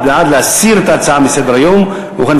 וכאן,